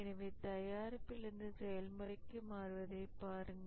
எனவே தயாரிப்பிலிருந்து செயல்முறைக்கு மாறுவதைக் பாருங்கள்